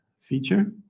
feature